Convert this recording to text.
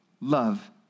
Love